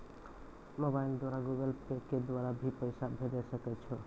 Mobile द्वारा Google Pay के द्वारा भी पैसा भेजै सकै छौ?